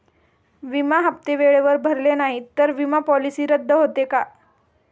विमा हप्ते वेळेवर भरले नाहीत, तर विमा पॉलिसी रद्द होते का?